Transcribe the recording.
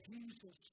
Jesus